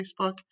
Facebook